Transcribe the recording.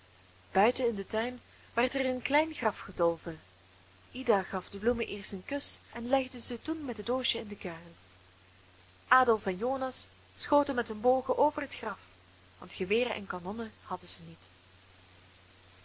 buiten in den tuin werd er een klein graf gedolven ida gaf de bloemen eerst een kus en legde ze toen met het doosje in den kuil adolf en jonas schoten met hun bogen over het graf want geweren en kanonnen hadden ze niet